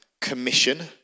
commission